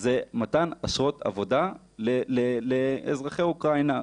זה מתן אשרות עבודה לאזרחי אוקראינה,